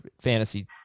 fantasy